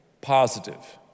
Positive